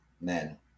men